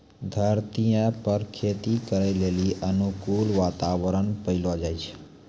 धरतीये पर खेती करै लेली अनुकूल वातावरण पैलो जाय छै